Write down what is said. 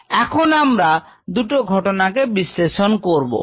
dxdtmSKSSx এখন আমরা দুটো ঘটনাকে বিশ্লেষণ করবো